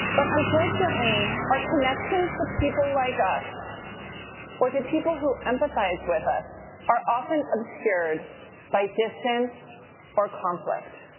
but unfortunately, our connections to people like us or to people who empathize with us are often obscured by distance or conflict.